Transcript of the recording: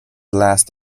last